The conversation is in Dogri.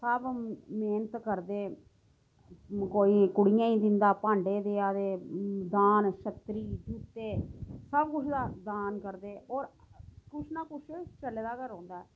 सब मैह्नत करदे कोई कुड़ियें ई दिंदा भांडे देआ दे दान छत्तरी ते सब कुछ दान करदे होर कुछ ना कुछ चले दा गै रौहंदा